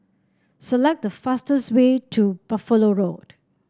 select the fastest way to Buffalo Road